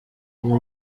ubu